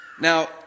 Now